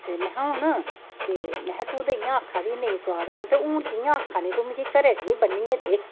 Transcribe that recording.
ते महैं हून ते महैं तूं ते इ'यां आक्खा दी नेईं सुआद हैन ते हून कि'यां आक्खा नी तूं मिगी घरै च बी बन्नियै दे